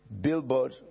Billboard